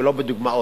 ולא בדוגמאות.